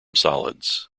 solids